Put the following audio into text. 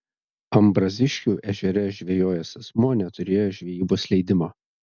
ambraziškių ežere žvejojęs asmuo neturėjo žvejybos leidimo